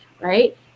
right